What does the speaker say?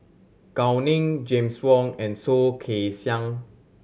Gao Ning James Wong and Soh Kay Siang